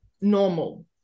normal